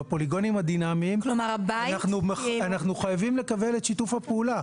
בפוליגונים הדינמיים אנחנו חייבים לקבל את שיתוף הפעולה.